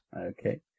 Okay